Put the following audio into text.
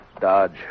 Dodge